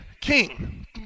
king